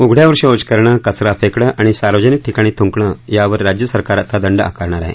उघड्यावर शौच करण कचरा फेकणं आणि सार्वजनिक ठिकाणी थंकण यावर राज्य सरकार आता दंड आकारणार आहे